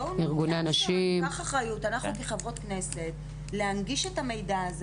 בואו ניקח אחריות אנחנו כחברות כנסת להנגיש את המידע הזה